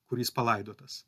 kur jis palaidotas